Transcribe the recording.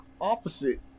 opposite